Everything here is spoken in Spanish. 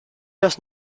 los